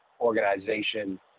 organization